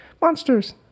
monsters